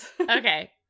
Okay